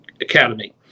academy